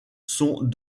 sont